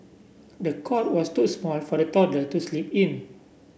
the cot was too small for the toddler to sleep in